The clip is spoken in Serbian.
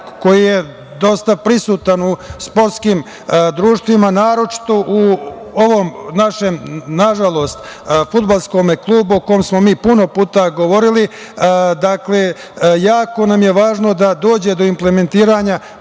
koji je dosta prisutan u sportskim društvima, naročito u ovom našem, nažalost, fudbalskom klubu o kom smo mi puno puta govorili, dakle, jako nam je važno da dođe do implementiranja